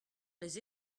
les